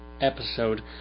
episode